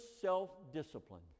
self-discipline